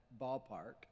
ballpark